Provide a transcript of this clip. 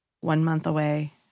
one-month-away